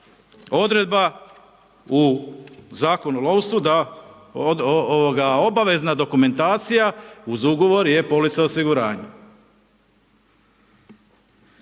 Odredba u Zakonu o lovstvu, da obavezna dokumentacija uz Ugovor je polica osiguranja.